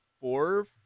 Four